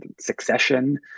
succession